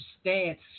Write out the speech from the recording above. stance